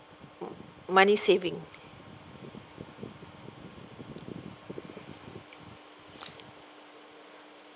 money saving